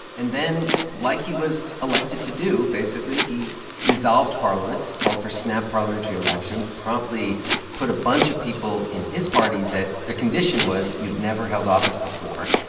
and then like he was elected to do, basically, he dissolved parliament, called for snap parliamentary elections, promptly put a bunch of people in his party that the condition was you'd never held office before.